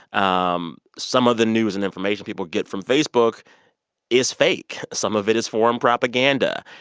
um some of the news and information people get from facebook is fake. some of it is formed propaganda.